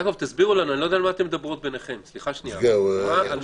להבנתי החלטת